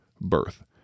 birth